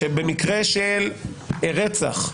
שבמקרה של רצח,